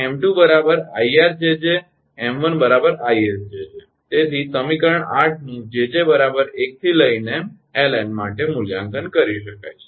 જ્યાં 𝑚2 𝐼𝑅𝑗𝑗 𝑚1 𝐼𝑆𝑗𝑗 તેથી સમીકરણ 8 નું 𝑗𝑗 1𝐿𝑁 માટે મૂલ્યાંકન કરી શકાય છે